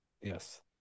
Yes